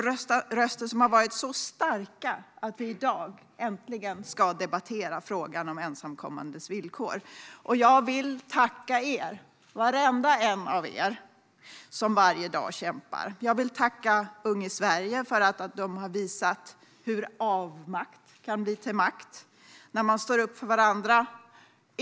Dessa röster har varit så starka att vi i dag äntligen ska debattera frågan om ensamkommandes villkor. Jag vill tacka er - varenda en av er - som varje dag kämpar. Jag vill tacka Ung i Sverige för att ni har visat hur maktlöshet kan bli till makt när människor står upp för varandra.